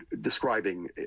describing